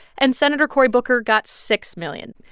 and senator cory booker got six million.